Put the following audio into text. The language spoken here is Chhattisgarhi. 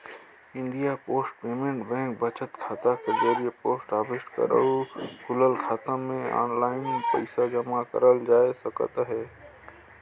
इंडिया पोस्ट पेमेंट बेंक बचत खाता कर जरिए पोस्ट ऑफिस कर अउ खुलल खाता में आनलाईन पइसा जमा करल जाए सकत अहे